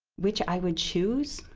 which i would choose?